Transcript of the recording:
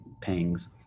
pangs